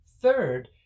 Third